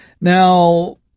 Now